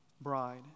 bride